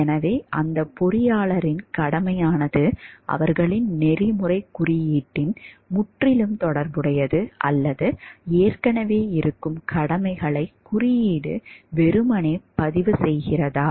எனவே அந்த பொறியியலாளரின் கடமையானது அவர்களின் நெறிமுறைக் குறியீட்டுடன் முற்றிலும் தொடர்புடையது அல்லது ஏற்கனவே இருக்கும் கடமைகளை குறியீடு வெறுமனே பதிவுசெய்கிறதா